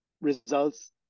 results